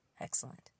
Excellent